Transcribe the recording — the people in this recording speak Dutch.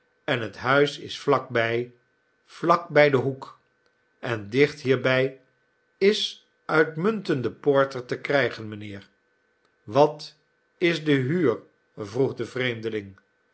en het huis is vlak bij vlak bij den hoek en dicht hierbij is uitmuntende porter te krijgen mijnheer wat is de huur vroeg de vreemdeling